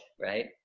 right